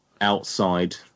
outside